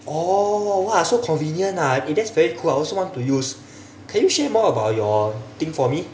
oh !wah! so convenient ah eh that's very cool I also want to use can you share more about your thing for me